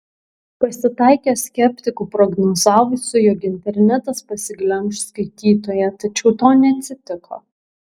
pasitaikė skeptikų prognozavusių jog internetas pasiglemš skaitytoją tačiau to neatsitiko